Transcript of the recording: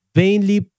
vainly